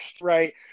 right